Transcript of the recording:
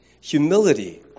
humility